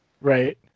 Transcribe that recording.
Right